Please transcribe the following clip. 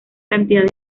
cantidad